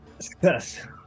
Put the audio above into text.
Success